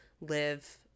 live